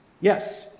Yes